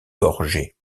gorgée